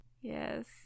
Yes